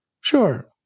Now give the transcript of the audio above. Sure